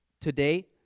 today